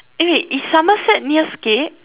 eh is Somerset near Scape